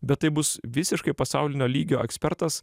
bet tai bus visiškai pasaulinio lygio ekspertas